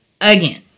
again